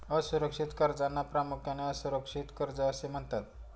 असुरक्षित कर्जांना प्रामुख्याने असुरक्षित कर्जे असे म्हणतात